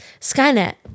Skynet